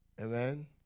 Amen